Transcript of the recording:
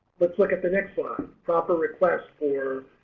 let's look at the next slide. proper request for